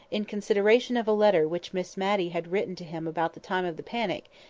in consideration of a letter which miss matty had written to him about the time of the panic,